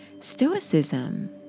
stoicism